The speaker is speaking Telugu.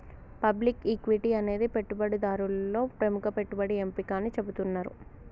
పబ్లిక్ ఈక్విటీ అనేది పెట్టుబడిదారులలో ప్రముఖ పెట్టుబడి ఎంపిక అని చెబుతున్నరు